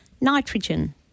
Nitrogen